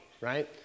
right